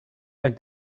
like